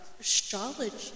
astrology